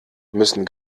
müssen